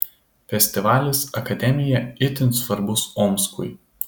festivalis akademija itin svarbus omskui